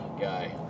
guy